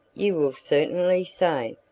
you will certainly say,